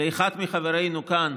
לאחד מחברינו כאן